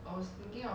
what about you leh